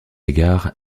égard